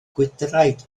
gwydraid